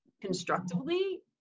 constructively